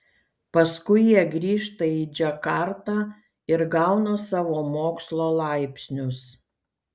paskui jie grįžta į džakartą ir gauna savo mokslo laipsnius